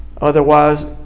Otherwise